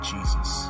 Jesus